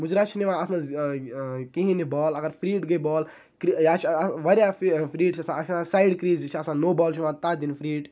مُجراہ چھَنہٕ یِوان اَتھ مَنٛز کِہیٖنۍ یہٕ بال اَگَر فری ہِٹ گٔے بال یا چھِ واریاہ فری ہِٹ چھِ آسان اکھ چھِ آسان سایِڑ کریٖز یہِ چھِ آسان نو بال چھِ یِوان تَتھ دِنہٕ فری ہِٹ